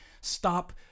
stop